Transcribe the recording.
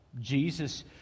Jesus